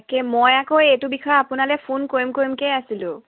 তাকে মই আকৌ এইটো বিষয়ে আপোনালৈ ফোন কৰিম কৰিমকেই আছিলোঁ